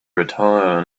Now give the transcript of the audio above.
return